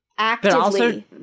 Actively